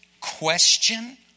question